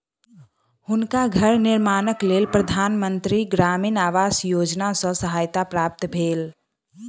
हुनका घर निर्माणक लेल प्रधान मंत्री ग्रामीण आवास योजना सॅ सहायता प्राप्त भेल